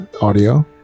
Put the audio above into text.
audio